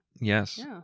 Yes